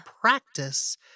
practice